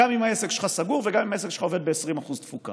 גם אם העסק שלך סגור וגם אם העסק שלך עובד ב-20% תפוקה,